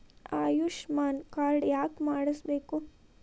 Ayushman card ಯಾಕೆ ಮಾಡಿಸಬೇಕು?